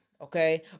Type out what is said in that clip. Okay